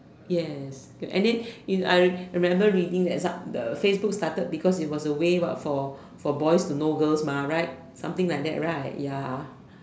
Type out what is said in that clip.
yes and then I remember reading that Facebook started because it was a way what for for boys to know girls right something like that right ya